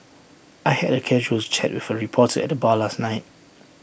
I had A casual with chat for reporter at the bar last night